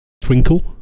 twinkle